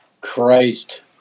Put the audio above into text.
Christ